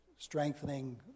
strengthening